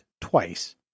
twice